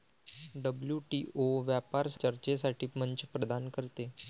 WTO व्यापार संबंधित मुद्द्यांवर चर्चेसाठी मंच प्रदान करते